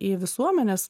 į visuomenės